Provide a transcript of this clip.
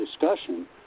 discussion